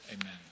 Amen